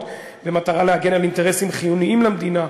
במטרה להגן על אינטרסים חיוניים למדינה,